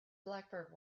blackbird